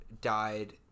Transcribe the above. died